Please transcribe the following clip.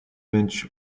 lynch